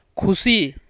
ᱠᱷᱩᱥᱤ